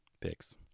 picks